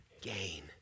gain